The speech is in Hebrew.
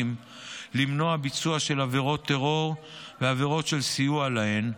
למנוע ביצוע של עבירות טרור ועבירות של סיוע להן.